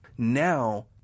Now